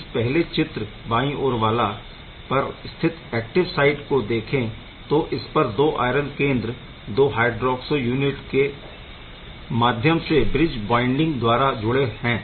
इस पहले चित्र बायें ओर वाला पर स्थित एक्टिव साइट को देखें तो इसपर 2 आयरन केंद्र 2 हायड्रौक्सो यूनिट के माध्यम से ब्रिज बॉंडिंग द्वारा जुड़े है